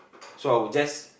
so I would just